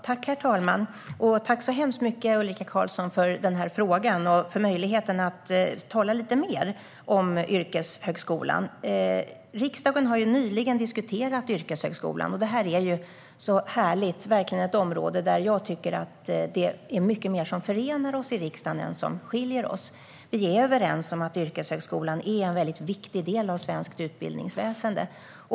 Herr talman! Tack så hemskt mycket för frågan, Ulrika Carlsson, och för möjligheten att tala lite mer om yrkeshögskolan! Riksdagen har nyligen diskuterat yrkeshögskolan. Det är härligt, för detta är ett område där jag tycker att det är mycket mer som förenar oss i riksdagen än vad som skiljer oss åt. Vi är överens om att yrkeshögskolan är en viktig del av svenskt utbildningsväsen.